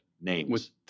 names